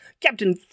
Captain